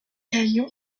camion